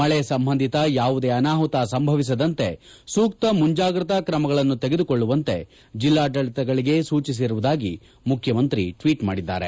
ಮಳೆ ಸಂಬಂಧಿತ ಯಾವುದೇ ಅನಾಮತ ಸಂಭವಿಸದಂತೆ ಸೂಕ್ತ ಮುಂಜಾಗ್ರತಾ ಕ್ರಮಗಳನ್ನು ತೆಗೆದುಕೊಳ್ಳುವಂತೆ ಜಿಲ್ಲಾಡಳಿತಗಳಿಗೆ ಸೂಚಿಸಿರುವುದಾಗಿ ಮುಖ್ಡಮಂತ್ರಿ ಟ್ವೀಟ್ ಮಾಡಿದ್ದಾರೆ